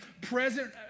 present